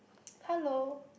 hello